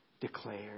declared